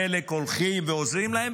חלק הולכים ועוזרים להם,